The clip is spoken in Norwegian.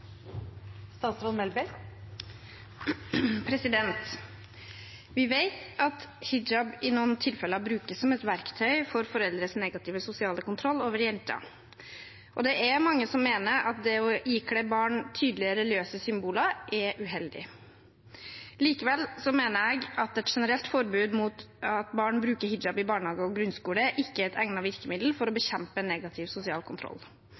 Vi vet at hijab i noen tilfeller brukes som et verktøy for foreldres negative sosiale kontroll over jenter, og det er mange som mener at det å ikle barn tydelige religiøse symboler er uheldig. Likevel mener jeg at et generelt forbud mot at barn bruker hijab i barnehage og grunnskole, ikke er et egnet virkemiddel for å bekjempe negativ sosial kontroll.